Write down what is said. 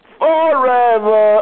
forever